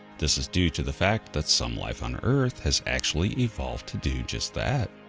this is due to the fact that some life on earth has actually evolved to do just that.